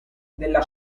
della